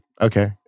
okay